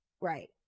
right